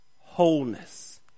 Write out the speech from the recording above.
wholeness